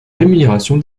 rémunération